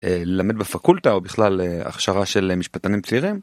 ללמד בפקולטה או בכלל הכשרה של משפטנים צעירים